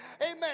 amen